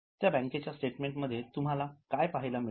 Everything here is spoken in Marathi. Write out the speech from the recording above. त्या बँकेच्या स्टेटमेंट मध्ये तुम्हाला काय पाहायला मिळते